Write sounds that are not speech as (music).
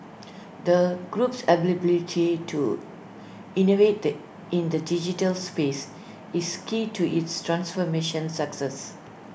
the group's (unintelligible) to innovate in the digital space is key to its transformation success